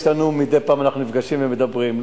ומדי פעם אנחנו נפגשים ומדברים,